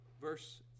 verse